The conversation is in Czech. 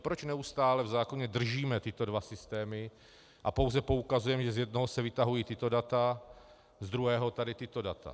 Proč neustále v zákoně držíme tyto dva systémy a pouze poukazujeme, že z jednoho se vytahují tato data, z druhého tady tato data?